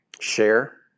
Share